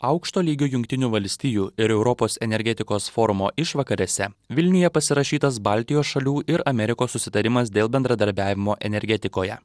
aukšto lygio jungtinių valstijų ir europos energetikos forumo išvakarėse vilniuje pasirašytas baltijos šalių ir amerikos susitarimas dėl bendradarbiavimo energetikoje